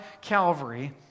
Calvary